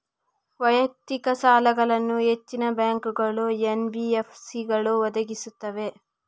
ವೈಯಕ್ತಿಕ ಸಾಲಗಳನ್ನು ಹೆಚ್ಚಿನ ಬ್ಯಾಂಕುಗಳು, ಎನ್.ಬಿ.ಎಫ್.ಸಿಗಳು ಒದಗಿಸುತ್ತವೆ